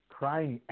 crying